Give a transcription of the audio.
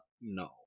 no